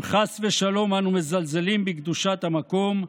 אם חס ושלום אנו מזלזלים בקדושת המקום,